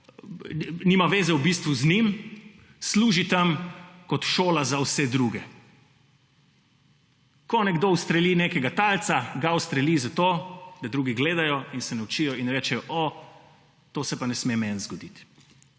nima veze v bistvu z njim, služi tam kot šola za vse druge. Kot nekdo ustreli nekega talca ga ustreli zato, da drugi gledajo in se naučijo in rečejo o, to se pa ne sme meni zgoditi.